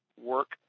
work